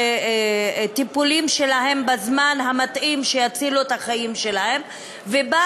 שמנסים להגיע לטיפולים שיצילו את החיים שלהם בזמן המתאים.